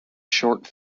short